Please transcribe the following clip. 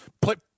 put –